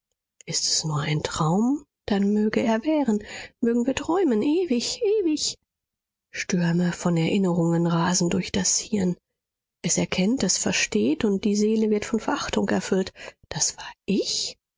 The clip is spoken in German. ist es nur ein traum dann möge er währen mögen wir träumen ewig ewig stürme von erinnerungen rasen durch das hirn es erkennt es versteht und die seele wird von verachtung erfüllt das war ich